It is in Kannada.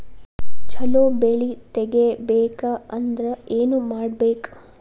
ಛಲೋ ಬೆಳಿ ತೆಗೇಬೇಕ ಅಂದ್ರ ಏನು ಮಾಡ್ಬೇಕ್?